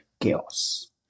chaos